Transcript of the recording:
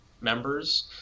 members